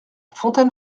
fontaine